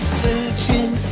searching